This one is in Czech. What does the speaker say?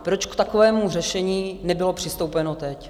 Proč k takovému řešení nebylo přistoupeno teď?